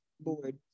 board